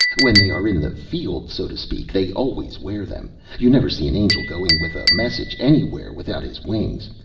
when they are in the field so to speak they always wear them you never see an angel going with a message anywhere without his wings,